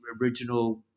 original